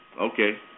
Okay